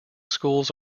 schools